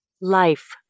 Life